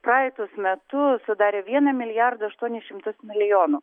praeitus metus sudarė vieną milijardą aštuonis šimtus milijonų